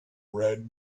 red